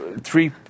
Three